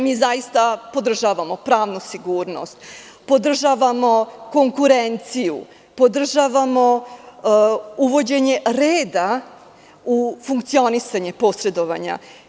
Mi zaista podržavamo pravnu sigurnost, podržavamo konkurenciju, podržavamo uvođenje reda u funkcionisanje posredovanja.